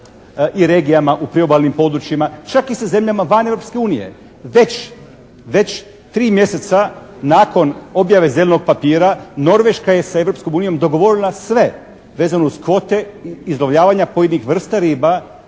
i regijama u priobalnim područjima, čak i sa zemljama van Europske unije. Već 3 mjeseca nakon objave zelenog papira Norveška je sa Europskom unijom dogovorila sve vezano uz kvote …/Govornik se ne